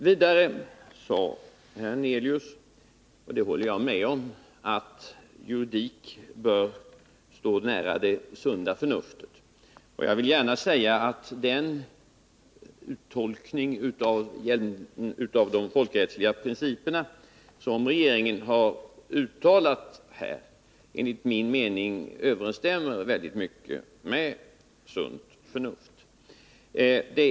Vidare sade herr Hernelius — och det håller jag med om — att juridik bör stå nära det sunda förnuftet. Jag vill gärna säga att den uttolkning av de folkrättsliga principerna som regeringen här gjort enligt min uppfattning i stor utsträckning överensstämmer med sunda förnuftet.